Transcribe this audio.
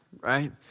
right